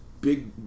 big